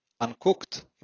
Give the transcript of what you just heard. uncooked